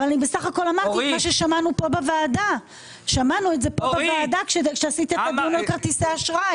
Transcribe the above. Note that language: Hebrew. אני סך הכל אמרתי את מה ששמענו כאן בוועדה כשהיה הדיון על כרטיסי אשראי.